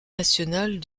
nationale